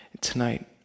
Tonight